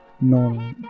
no